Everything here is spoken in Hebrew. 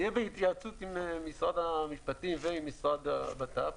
יהיה בהתייעצות עם משרד המשפטים והמשרד לביטחון הפנים.